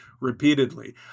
repeatedly